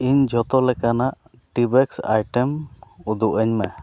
ᱤᱧ ᱡᱚᱛᱚ ᱞᱮᱠᱟᱱᱟᱜ ᱴᱤᱵᱮᱠᱥ ᱟᱭᱴᱮᱢ ᱩᱫᱩᱜ ᱟᱹᱧ ᱢᱮ